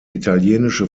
italienische